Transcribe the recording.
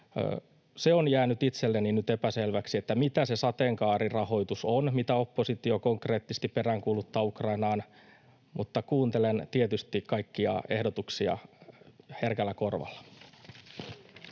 Se on jäänyt itselleni nyt epäselväksi, mitä se sateenkaarirahoitus on, mitä oppositio konkreettisesti peräänkuuluttaa Ukrainaan, mutta kuuntelen tietysti kaikkia ehdotuksia herkällä korvalla.